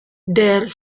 there